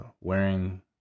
wearing